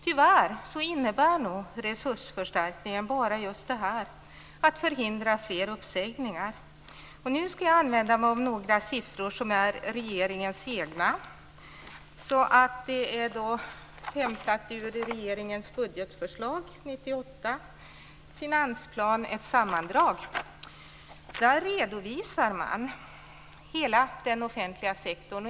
Tyvärr innebär nog resursförstärkningen bara just att fler uppsägningar förhindras. Nu skall jag ta några siffror som är regeringens egna. De är hämtade ur regeringens budgetförslag 1998, ett sammandrag av finansplanen. Där redovisas hela den offentliga sektorn.